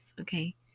Okay